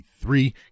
three